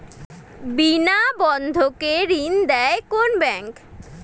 বিনা বন্ধকে ঋণ দেয় কোন ব্যাংক?